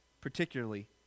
particularly